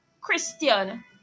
Christian